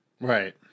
Right